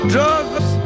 Drugs